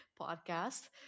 podcast